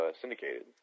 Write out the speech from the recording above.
syndicated